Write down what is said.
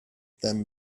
than